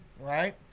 right